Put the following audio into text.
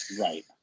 Right